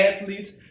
athletes